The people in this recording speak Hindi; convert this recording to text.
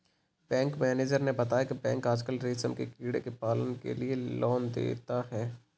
बैंक मैनेजर ने बताया की बैंक आजकल रेशम के कीड़ों के पालन के लिए लोन देता है